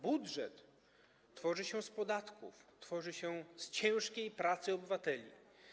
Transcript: Budżet tworzy się z podatków, tworzy się z ciężkiej pracy obywateli.